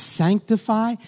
sanctify